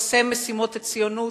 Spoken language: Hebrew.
ונושא משימות הציונות,